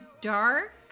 dark